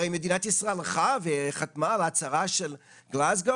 הרי מדינת ישראל הלכה וחתמה על ההצהרה של גלזגו,